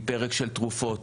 מפרק של תרופות,